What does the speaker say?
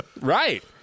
Right